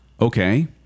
Okay